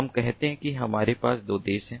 हम कहते हैं कि हमारे पास दो देश हैं